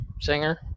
singer